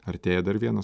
artėja dar vienas